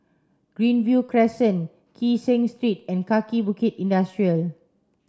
Greenview Crescent Kee Seng Street and Kaki Bukit Industrial Estate